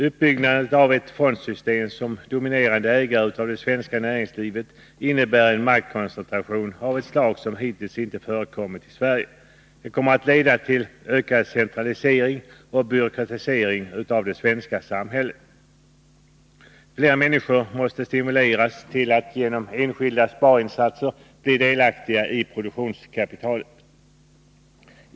Uppbyggnaden av ett fondsystem som dominerande ägare av det svenska näringslivet innebär en maktkoncentration av ett slag som hittills inte förekommit i Sverige. Det kommer att leda till ökad centralisering och byråkratisering av det svenska samhället. Fler människor måste stimuleras till att genom enskilda sparinsatser bli delaktiga i produktionskapitalet.